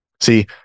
See